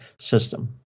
system